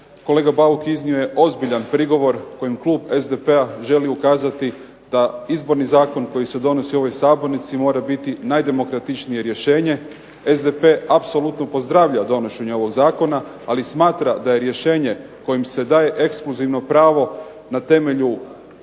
Kolega Bauk iznio je ozbiljan prigovor kojim klub SDP-a želi ukazati da Izborni zakon koji se donosi u ovoj sabornici mora biti najdemokratičnije rješenje. SDP apsolutno pozdravlja donošenje ovog zakona, ali smatra da je rješenje kojim se daje ekskluzivno pravo na temelju